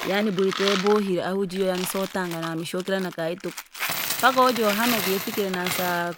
Yaani bwita yabohire ahu jiyo siwatanga na mishukira na kayi tuku, paka wajohamaka yafikire na saa